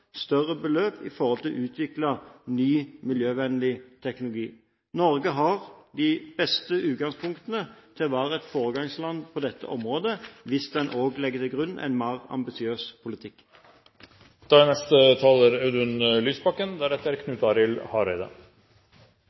større avkastning, slik at man raskere kan innfase større beløp når det gjelder å utvikle ny, miljøvennlig teknologi. Norge har det beste utgangspunktet for å være et foregangsland på dette området, hvis man legger en mer ambisiøs politikk til grunn. Det er en fare for at det blir en floskel når taler